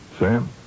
Sam